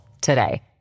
today